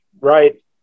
right